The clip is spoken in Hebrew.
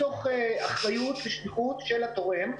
מתוך אחריות ושליחות של התורם,